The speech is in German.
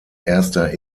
erster